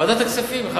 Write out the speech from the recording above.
ועדת הכספים.